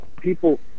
people